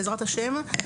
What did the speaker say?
בעזרת השם,